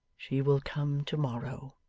she will come to-morrow